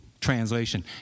Translation